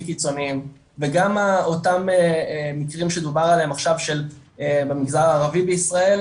קיצוניים וגם אותם מיקרים שדובר עליהם עכשיו במגזר הערבי בישראל,